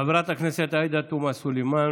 חברת הכנסת עאידה תומא סלימאן,